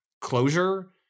closure